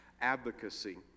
advocacy